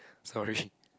sorry